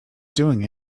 doing